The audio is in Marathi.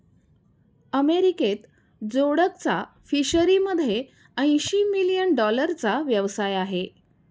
अमेरिकेत जोडकचा फिशरीमध्ये ऐंशी मिलियन डॉलरचा व्यवसाय आहे